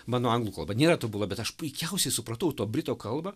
mano anglų kalba nėra tobula bet aš puikiausiai supratau to brito kalbą